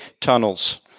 tunnels